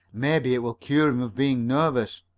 maybe it will cure him of being nervous.